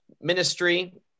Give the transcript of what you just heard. ministry